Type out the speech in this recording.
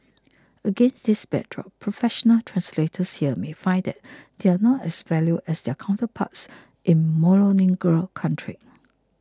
against this backdrop professional translators here may find that they are not as valued as their counterparts in monolingual countries